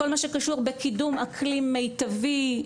כל מה שקשור בקידום הכלי מיטבי,